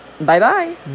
Bye-bye